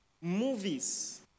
movies